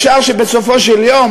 אפשר שבסופו של יום